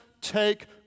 take